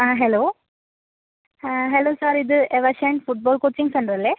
ആ ഹലോ ആ hello sir ഇത് എവർ ഷൈൻ ഫുട്ബോൾ കോച്ചിങ് സെൻറ്ററല്ലേ